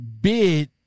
bid